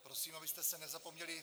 Prosím, abyste se nezapomněli...